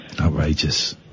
Outrageous